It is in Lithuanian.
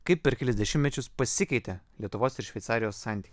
kaip per kelis dešimtmečius pasikeitė lietuvos ir šveicarijos santykiai